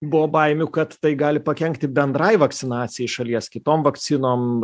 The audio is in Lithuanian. buvo baimių kad tai gali pakenkti bendrai vakcinacijai šalies kitom vakcinom